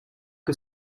que